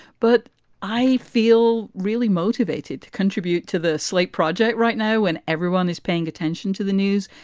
but i feel really motivated to contribute to the slate project right now. and everyone is paying attention to the news.